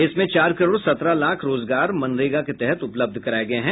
इसमें चार करोड सत्रह लाख रोजगार मनरेगा के तहत उपलब्ध कराये गये हैं